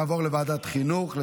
אני